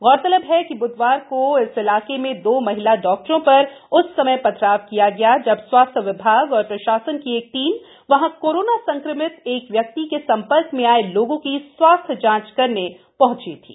गौरतलब है कि ब्धवार को इस इलाके में दो महिला डॉक्टरों पर उस समय पथराव किया गया जब स्वास्थ्य विभाग और प्रशासन की एक टीम वहां कोरोना संक्रमित एक व्यक्ति के संपर्क में आये लोगों की स्वास्थ्य जांच करने वहां पहुंची थी